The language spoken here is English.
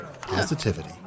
Positivity